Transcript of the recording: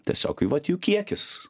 tiesiog kai vat jų kiekis